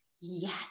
Yes